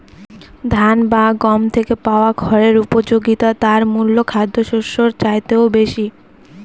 ধান বা গম থেকে পাওয়া খড়ের উপযোগিতা তার মূল খাদ্যশস্যের চাইতেও বেশি